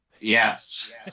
Yes